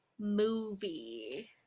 movie